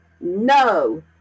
No